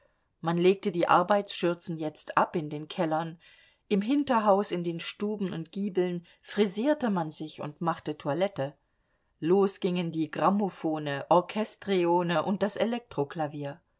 man legte die arbeitsschürzen jetzt ab in den kellern im hinterhaus in den stuben und giebeln frisierte man sich und machte toilette los gingen die grammophone orchestrione und das